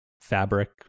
fabric